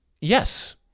yes